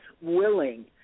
Willing